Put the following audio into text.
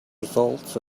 results